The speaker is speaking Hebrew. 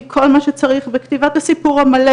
עם כל מה שצריך וכתיבת הסיפור המלא,